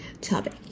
topic